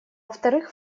вторых